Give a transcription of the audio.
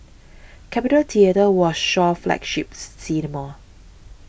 Capitol Theatre was Shaw's flagships cinema